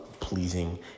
pleasing